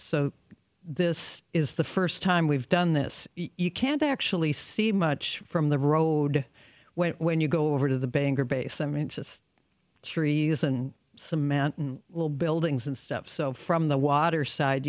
so this is the first time we've done this you can actually see much from the road when when you go over to the bangor base i mean just treason cement and well buildings and stuff so from the water side